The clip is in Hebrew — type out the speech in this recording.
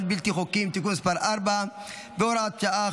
בלתי חוקיים (תיקון מס' 4 והוראת שעה,